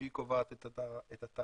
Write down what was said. שהיא קובעת את התעריף,